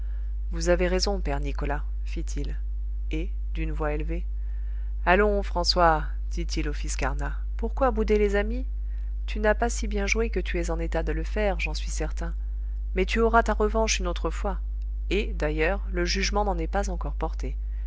vous avez raison père nicolas fit-il et d'une voix élevée allons françois dit-il au fils carnat pourquoi bouder les amis tu n'as pas si bien joué que tu es en état de le faire j'en suis certain mais tu auras ta revanche une autre fois et d'ailleurs le jugement n'en est pas encore porté